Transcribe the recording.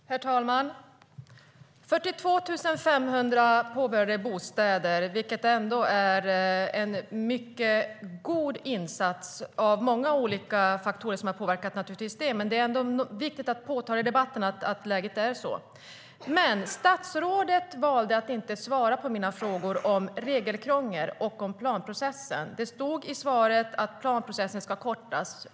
Herr talman! 42 500 påbörjade bostäder är en mycket god insats. Det är naturligtvis många olika faktorer som har påverkat det. Men det är ändå viktigt att i debatten framhålla att läget är så. Men statsrådet valde att inte svara på mina frågor om regelkrångel och om planprocessen. Det sas i svaret att planprocessen ska kortas.